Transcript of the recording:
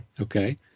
Okay